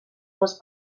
les